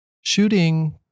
shooting